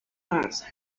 avanzan